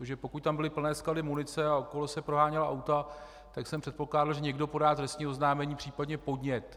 Protože pokud tam byly plné sklady munice a okolo se proháněla auta, tak jsem předpokládal, že někdo podá trestní oznámení, případně podnět.